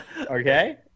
Okay